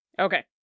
Okay